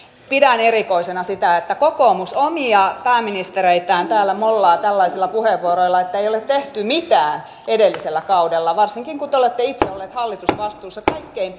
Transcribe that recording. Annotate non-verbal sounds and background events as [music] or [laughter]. pidän erikoisena sitä että kokoomus omia pääministereitään täällä mollaa tällaisilla puheenvuoroilla että ei ole tehty mitään edellisellä kaudella varsinkin kun te olette itse olleet hallitusvastuussa kaikkein [unintelligible]